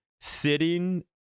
sitting